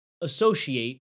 associate